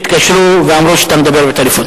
ערוץ הכנסת התקשרו ואמרו שאתה מדבר בטלפון.